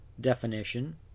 definition